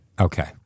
Okay